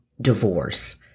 divorce